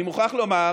אני מוכרח לומר